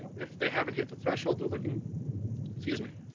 if they haven't hit the threshold they're looking excuse me.